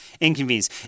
inconvenience